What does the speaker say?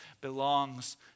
belongs